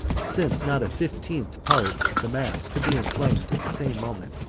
since not a fifteenth part of the mass could be inflamed at the same moment.